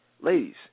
Ladies